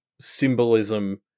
symbolism